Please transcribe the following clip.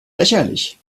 lächerlich